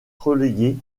relégué